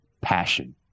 passion